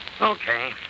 Okay